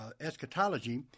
eschatology